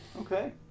okay